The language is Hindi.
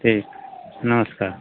ठीक नमस्कार